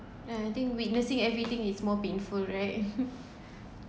and I think witnessing everything is more painful right